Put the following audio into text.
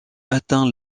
atteint